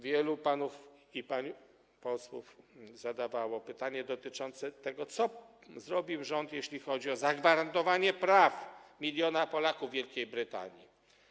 Wielu panów i wiele pań posłów zadawało pytanie dotyczące tego, co zrobił rząd, jeśli chodzi o zagwarantowanie praw miliona Polaków w Wielkiej Brytanii.